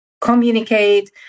communicate